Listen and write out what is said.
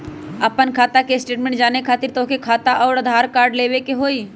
आपन खाता के स्टेटमेंट जाने खातिर तोहके खाता अऊर आधार कार्ड लबे के होइ?